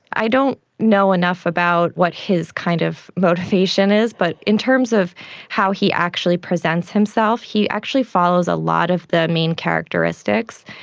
i don't know enough about what his kind of motivation is, but in terms of how he actually presents himself, he actually follows a lot of the main characteristics.